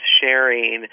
sharing